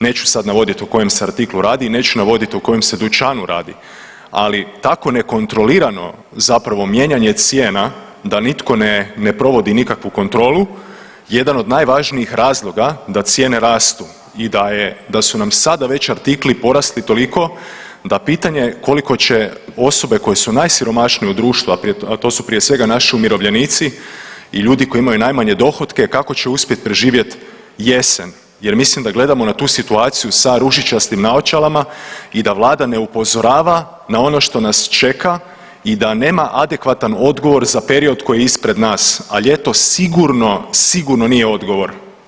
Neću sad navoditi o kojem se artiklu radi i neću navodit o kojem se dućanu radi, ali tako nekontrolirano zapravo mijenjanje cijena da nitko da provodi nikakvu kontrolu, jedan od najvažnijih razloga da cijene rastu i da su nam sada već artikli porasli toliko da pitanje koliko će osobe koje su najsiromašnije u društvu, a to su prije svega naši umirovljenici i ljudi koji imaju najmanje dohotke kako će uspjeti preživjeti jesen, jer mislim da gledamo na tu situaciju sa ružičastim naočalama i da Vlada ne upozorava na ono što nas čeka i da nema adekvatan odgovor za period koji je ispred nas, a ljeto sigurno, sigurno nije odgovor.